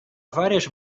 várias